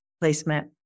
placement